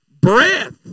Breath